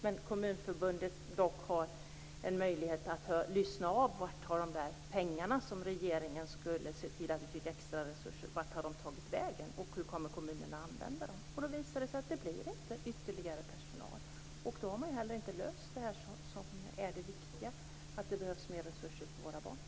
Men Kommunförbundet har dock en möjlighet att lyssna av vart de där pengarna som skulle gå till extra resurser - det skulle regeringen se till - har tagit vägen. Hur kommer kommunerna att använda dem? Då visar det sig att det blir inte ytterligare personal. Då har man inte heller löst det som är det viktiga; att det behövs mer resurser för våra barn.